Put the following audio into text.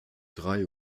drei